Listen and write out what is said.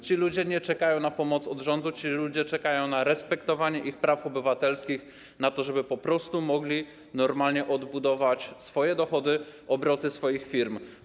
Ci ludzie nie czekają na pomoc od rządu, ci ludzie czekają na respektowanie ich praw obywatelskich, na to, żeby po prostu mogli normalnie odbudować swoje dochody, obroty swoich firm.